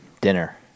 Dinner